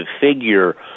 figure